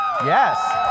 Yes